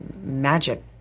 magic